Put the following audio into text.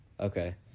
Okay